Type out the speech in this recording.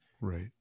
Right